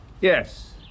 Yes